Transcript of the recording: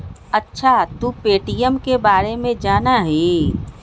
अच्छा तू पे.टी.एम के बारे में जाना हीं?